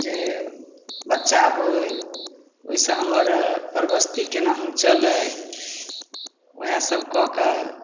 जे बच्चा होइ ओहिसँ हमर परबस्ती केनाहु चलै वएहसब कऽ कऽ